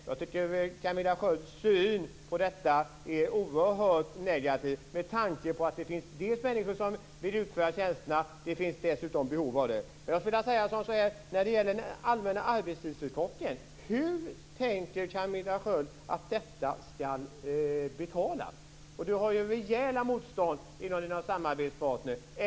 Jag tycker att Camilla Skölds syn på detta är oerhört negativ med tanke på att det dels finns människor som vill utföra tjänsterna, dels att det finns ett behov av dem. När det gäller den allmänna arbetstidsförkortningen undrar jag hur Camilla Sköld tänker att den skall betalas. Camilla Sköld har ju rejäla motstånd från sina samarbetspartner.